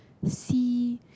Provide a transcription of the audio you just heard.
see